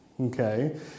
okay